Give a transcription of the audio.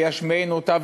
וישמיענו אֹתה,